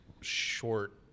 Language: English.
short